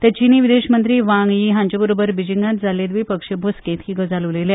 ते चीनी विदेश मंत्री वांग यी हांचेबरोबर बिजिंगात जाल्ले व्दिपक्षीय बसकेत ही गजाल उलयले